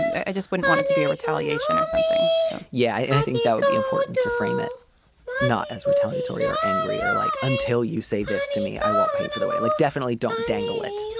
i just wouldn't want it to be a retaliation or something yeah and i think that would be important to frame it not as retaliatory or angry or like until you say this to me i won't pay for the way it like definitely don't dangle it.